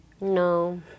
No